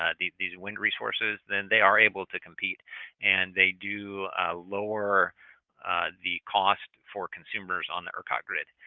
ah these these wind resources, then they are able to compete and they do lower the cost for consumers on the ercot grid.